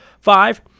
five